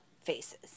faces